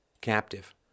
captive